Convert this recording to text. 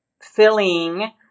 filling